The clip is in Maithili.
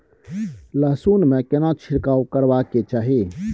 लहसुन में केना छिरकाव करबा के चाही?